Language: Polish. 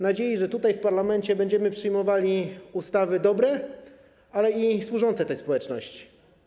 Nadziei, że tutaj, w parlamencie, będziemy przyjmowali ustawy dobre i służące tej społeczności.